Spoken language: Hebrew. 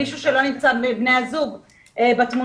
מישהו שלא נמצא מבני הזוג בתמונה,